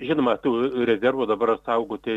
žinoma tų rezervų dabar saugoti